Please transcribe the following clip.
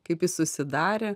kaip jis susidarė